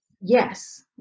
Yes